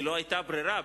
כי לא היתה ברירה,